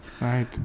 right